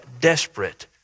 desperate